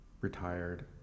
retired